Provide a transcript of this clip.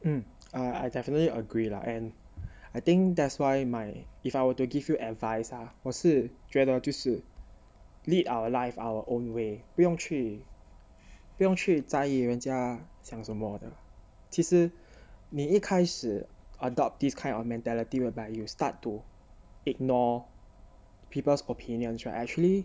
mm I I definitely agree lah and I think that's why my if I were to give you advice lah 我是觉得就是 lead our lives our own way 不用去不用去在意人家讲什么的其实你一开始 adopt this kind of mentality whereby you start to ignore people's opinions right actually